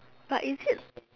but is it